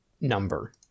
number